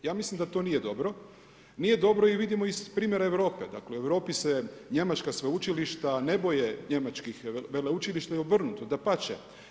Ja mislim da to nije dobro, nije dobro i vidimo iz primjera Europi, dakle u Europi se njemačka sveučilišta, nebo je njemačkih veleučilišta i obrnuto, dapače.